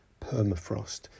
permafrost